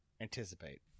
anticipate